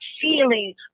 feeling